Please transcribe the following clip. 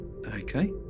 Okay